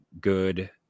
good